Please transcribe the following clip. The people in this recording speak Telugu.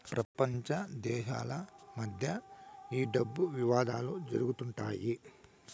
ప్రపంచ దేశాల మధ్య ఈ డబ్బు వివాదాలు జరుగుతుంటాయి